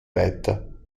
weiter